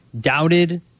doubted